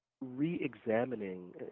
re-examining